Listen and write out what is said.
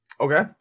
Okay